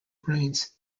brains